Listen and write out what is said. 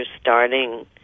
starting